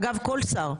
אגב, כל שר.